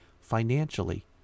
financially